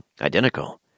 identical